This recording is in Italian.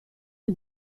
dei